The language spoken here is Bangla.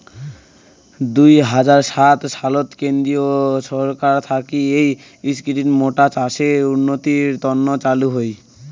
দুই হাজার সাত সালত কেন্দ্রীয় ছরকার থাকি এই ইস্কিমটা চাষের উন্নতির তন্ন চালু হই